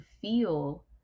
feel